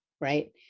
right